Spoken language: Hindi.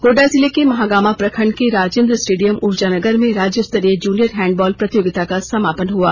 गोड्डा जिले के महागामा प्रखंड के राजेंद्र स्टेडियम ऊर्जानगर में राज्य स्तरीय जूनियर हैंडबॉल प्रतियोगिता का समापन हुआ